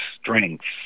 strengths